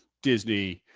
disney,